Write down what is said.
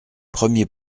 premier